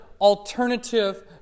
alternative